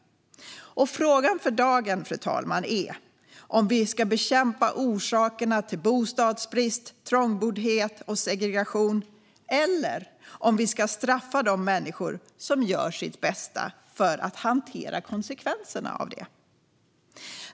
Frågan för dagen, fru talman, är om vi ska bekämpa orsakerna till bostadsbrist, trångboddhet och segregation eller om vi ska straffa de människor som gör sitt bästa för att hantera konsekvenserna av detta.